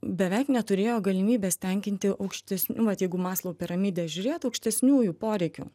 beveik neturėjo galimybės tenkinti aukštesnių jeigu maslau piramidę žiūrėt aukštesniųjų poreikių